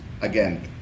again